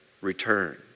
return